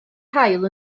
haul